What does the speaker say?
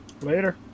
Later